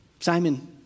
Simon